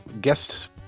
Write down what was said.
guest